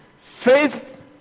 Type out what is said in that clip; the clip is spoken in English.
Faith